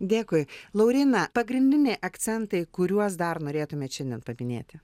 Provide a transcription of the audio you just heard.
dėkui lauryna pagrindiniai akcentai kuriuos dar norėtumėt šiandien paminėti